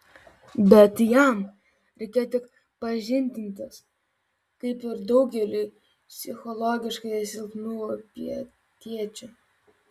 bet jam reikėjo tik pažindintis kaip ir daugeliui psichologiškai silpnų pietiečių